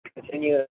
continue